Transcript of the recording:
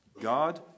God